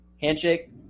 Handshake